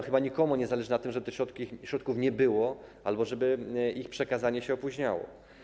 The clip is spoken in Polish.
Chyba nikomu nie zleży na tym, żeby tych środków nie było albo żeby ich przekazanie się opóźniło.